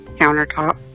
countertop